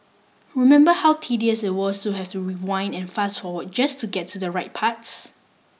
remember how tedious it was to have to rewind and fast forward just to get to the right parts